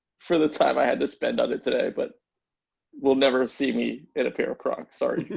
for the time i had to spend on it today, but we'll never see me in a pair of crock. sorry.